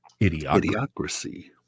Idiocracy